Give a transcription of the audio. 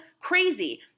crazy